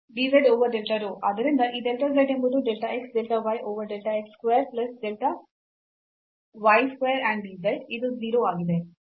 ಆದ್ದರಿಂದ ಈ delta z ಎಂಬುದು delta x delta y over delta x square plus delta y square and d z ಇದು 0 ಆಗಿದೆ